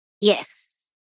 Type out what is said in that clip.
Yes